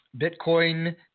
Bitcoin